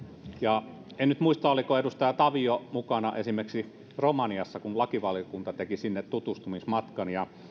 en nyt muista oliko edustaja tavio mukana esimerkiksi romaniassa kun lakivaliokunta teki sinne tutustumismatkan